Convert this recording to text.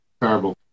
terrible